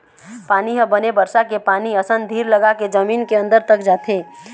पानी ह बने बरसा के पानी असन धीर लगाके जमीन के अंदर तक जाथे